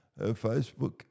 Facebook